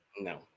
No